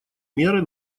меры